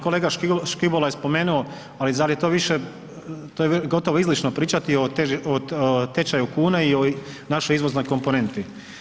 Kolega Škibola je spomenuo, ali to je više izlično pričati o tečaju kune i o našoj izvoznoj komponenti.